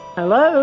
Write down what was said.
Hello